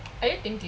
are you thinking